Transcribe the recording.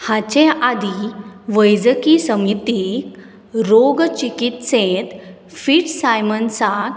हाचें आदी वैजकी समिती रोग चिकित्सेक फिट सायमन्साक